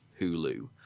Hulu